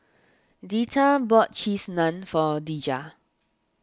Deetta bought Cheese Naan for Dejah